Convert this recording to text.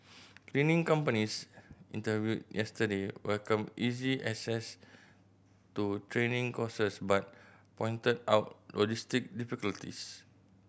cleaning companies interviewed yesterday welcomed easy access to training courses but pointed out logistical difficulties